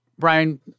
Brian